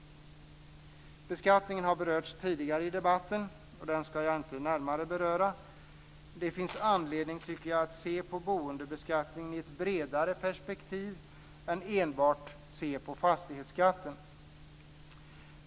Beskattningen har berörts tidigare i debatten, och den skall jag inte närmare beröra. Jag tycker att det finns anledning att se på boendebeskattningen i ett bredare perspektiv än enbart fastighetsskatten.